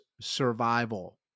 survival